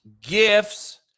gifts